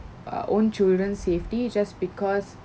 our own children safety just because